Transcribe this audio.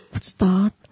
start